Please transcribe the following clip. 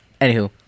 anywho